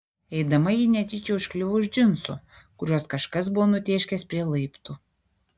eidama ji netyčia užkliuvo už džinsų kuriuos kažkas buvo nutėškęs prie laiptų